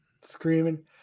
screaming